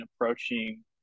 approaching